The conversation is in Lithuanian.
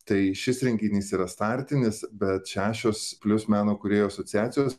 tai šis renginys yra startinis bet šešios plius meno kūrėjų asociacijos